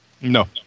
No